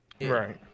Right